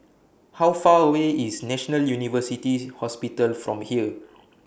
How Far away IS National University Hospital from here